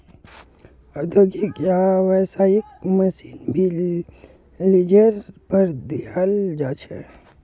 औद्योगिक या व्यावसायिक मशीन भी लीजेर पर दियाल जा छे